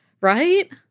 Right